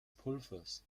pulvers